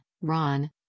Ron